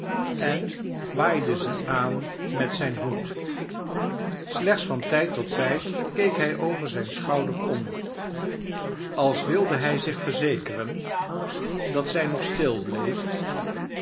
en waaide ze aan met zijn hoed slechts van tijd tot tijd keek hij over zijn schouder om als wilde hij zich verzekeren dat zij nog stil bleef